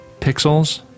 Pixels